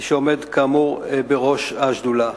שעומד כאמור בראש השדולה.